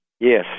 Yes